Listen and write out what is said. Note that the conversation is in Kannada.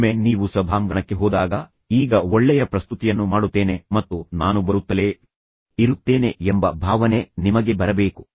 ಒಮ್ಮೆ ನೀವು ಸಭಾಂಗಣಕ್ಕೆ ಹೋದಾಗ ಈಗ ಒಳ್ಳೆಯ ಪ್ರಸ್ತುತಿಯನ್ನು ಮಾಡುತ್ತೇನೆ ಮತ್ತು ನಾನು ಬರುತ್ತಲೇ ಇರುತ್ತೇನೆ ಎಂಬ ಭಾವನೆ ನಿಮಗೆ ಬರಬೇಕು